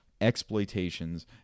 exploitations